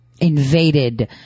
invaded